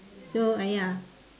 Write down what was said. so ah ya